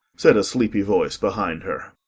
said a sleepy voice behind her.